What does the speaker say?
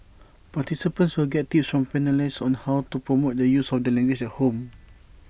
participants will get tips from panellists on how to promote the use of the language at home